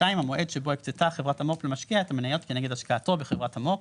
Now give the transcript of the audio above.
המועד שבו הקצתה חברת המו"פ למשקיע את המניות כנגד השקעתו בחברת המו"פ,